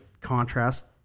contrast